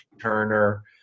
Turner